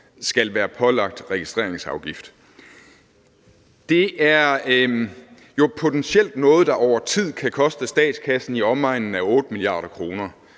skal være pålagt registreringsafgift. Det er jo potentielt noget, der over tid kan koste statskassen i omegnen af 8 mia. kr.,